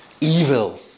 Evil